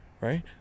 right